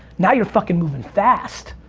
now you're fuckin' movin' fast.